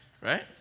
right